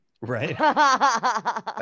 right